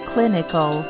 Clinical